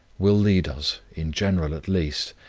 will lead us, in general at least,